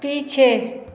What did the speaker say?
पीछे